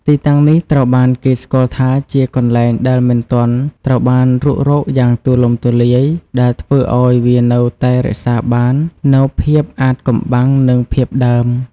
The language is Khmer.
ទីតាំងនេះត្រូវបានគេស្គាល់ថាជាកន្លែងដែលមិនទាន់ត្រូវបានរុករកយ៉ាងទូលំទូលាយ ដែលធ្វើឲ្យវានៅតែរក្សាបាននូវភាពអាថ៌កំបាំង និងភាពដើម។